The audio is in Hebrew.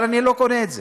אבל אני לא קונה את זה.